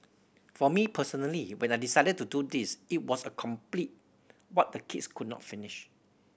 for me personally when I decided to do this it was to complete what the kids could not finish